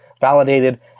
validated